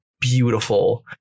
beautiful